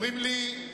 אומרים לי,